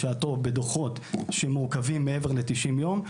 בשעתו בדוחות שמורכבים מעבר ל-90 יום,